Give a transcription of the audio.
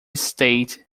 state